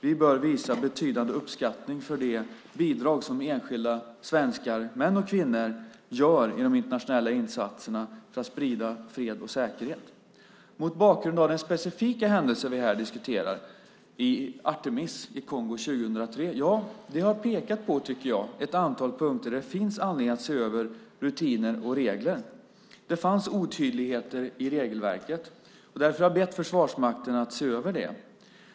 Vi bör visa betydande uppskattning för det bidrag som enskilda svenskar, män och kvinnor, utgör i de internationella insatserna för att sprida fred och säkerhet. Mot bakgrund av den specifika händelse vi här diskuterar, Artemis i Kongo 2003, har vi pekat på ett antal punkter där det finns anledning att se över rutiner och regler. Det fanns otydligheter i regelverket, och därför har jag bett Försvarsmakten att se över det.